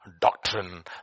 doctrine